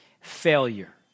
failure